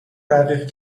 رقیق